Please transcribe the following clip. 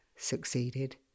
succeeded